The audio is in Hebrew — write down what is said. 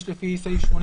לפי סעיף 80